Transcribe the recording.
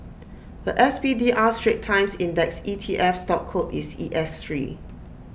The S P D R straits times index E T F stock code is E S Three